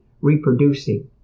reproducing